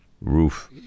Roof